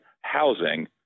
housing